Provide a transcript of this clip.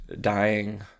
dying